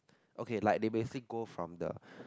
okay like they basic go from the